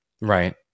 right